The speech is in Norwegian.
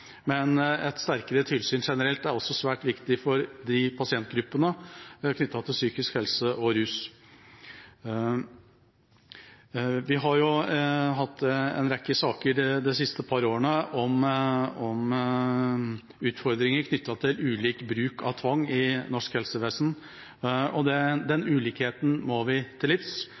men et sterkere tilsyn generelt er svært viktig for pasientgruppene knyttet til psykisk helse og rus. Vi har hatt en rekke saker de siste par årene om utfordringer knyttet til ulik bruk av tvang i norsk helsevesen, og den ulikheten må vi til livs.